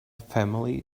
family